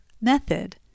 method